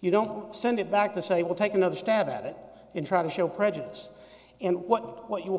you don't send it back to say we'll take another stab at it and try to show prejudice and what what you